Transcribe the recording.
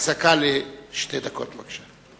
הפסקה לשתי דקות, בבקשה.